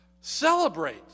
Celebrate